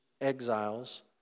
exiles